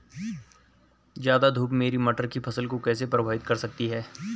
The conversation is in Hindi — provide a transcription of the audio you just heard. ज़्यादा धूप मेरी मटर की फसल को कैसे प्रभावित कर सकती है?